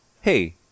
hey